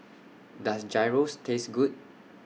Does Gyros Taste Good